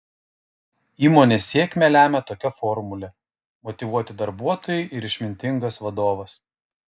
įmonės sėkmę lemią tokia formulė motyvuoti darbuotojai ir išmintingas vadovas